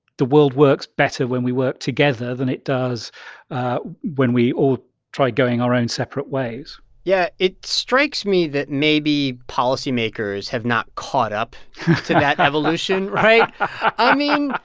the world works better when we work together than it does when we all try going our own separate ways yeah. it strikes me that maybe policymakers have not caught up to that evolution, right? i mean,